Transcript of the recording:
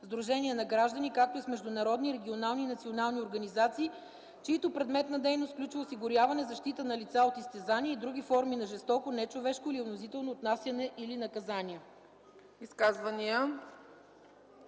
сдружения на граждани, както и с международни, регионални и национални организации, чийто предмет на дейност включва осигуряване защита на лица от изтезания и други форми на жестоко, нечовешко или унизително отнасяне или наказание.”